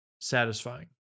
satisfying